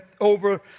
over